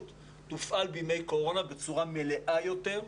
תופעל בימי קורונה בצורה מלאה יותר,